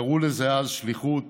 קראו לזה אז שליחות,